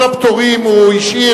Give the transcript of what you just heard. את כל הפטורים הוא השאיר,